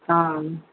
ஆ